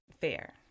fair